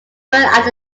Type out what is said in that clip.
bird